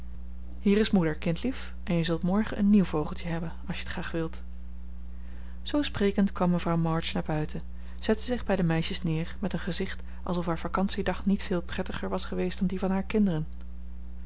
is moeder kindlief en je zult morgen een nieuw vogeltje hebben als je t graag wilt zoo sprekend kwam mevrouw march naar buiten zette zich bij de meisjes neer met een gezicht alsof haar vacantiedag niet veel prettiger was geweest dan die van haar kinderen